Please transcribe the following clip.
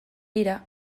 dira